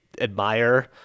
admire